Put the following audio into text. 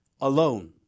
alone